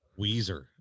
Weezer